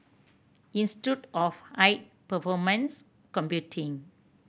Institute of High Performance Computing